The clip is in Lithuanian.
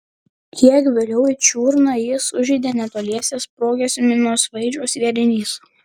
kiek vėliau į čiurną jį sužeidė netoliese sprogęs minosvaidžio sviedinys